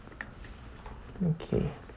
okay